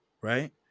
right